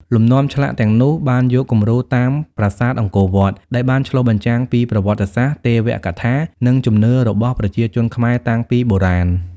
លំនាំឆ្លាក់ទាំងនោះបានយកគំរូតាមប្រាសាទអង្គរវត្ត ដែលបានឆ្លុះបញ្ចាំងពីប្រវត្តិសាស្ត្រ ទេវកថា និងជំនឿរបស់ប្រជាជនខ្មែរតាំងពីបុរាណ។